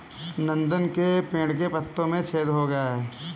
नंदन के पेड़ के पत्तों में छेद हो गया है